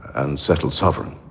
and settled sovereign.